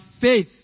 faith